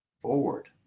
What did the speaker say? forward